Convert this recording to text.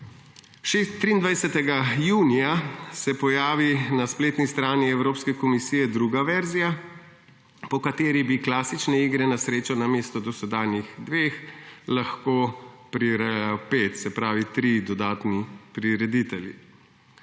23. junija se pojavi na spletni strani Evropske komisije druga verzija, po kateri bi klasične igre na srečo namesto dosedanjih dveh lahko prirejalo